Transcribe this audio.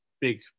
big